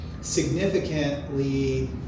significantly